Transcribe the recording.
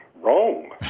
wrong